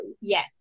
yes